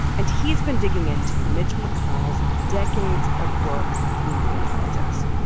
and he's been digging into mitch mcconnell's decades of work on money and politics.